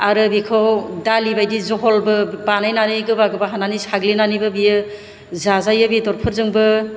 आरो बेखौ दालि बायदि झलबो बानायनानै गोबा गोबा हानानै साग्लिनानैबो बेयो जाजायो बेदरफोरजोंबो